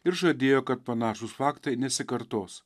ir žadėjo kad panašūs faktai nesikartos